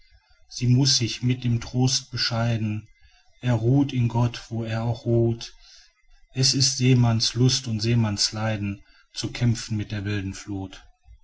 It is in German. sie muß sich mit dem trost bescheiden er ruht in gott wo er auch ruht s ist seemanns lust und seemanns leiden zu kämpfen mit der wilden fluth